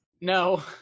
No